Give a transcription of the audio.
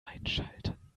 einschalten